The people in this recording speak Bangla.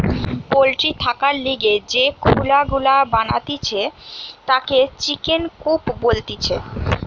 পল্ট্রি থাকার লিগে যে খুলা গুলা বানাতিছে তাকে চিকেন কূপ বলতিছে